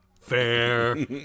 fair